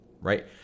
right